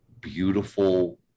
beautiful